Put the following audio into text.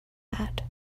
had